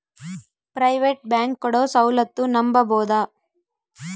Private bank ಕೊಡೊ ಸೌಲತ್ತು ನಂಬಬೋದ?